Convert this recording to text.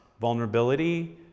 vulnerability